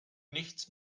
nichts